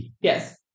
Yes